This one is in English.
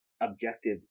objective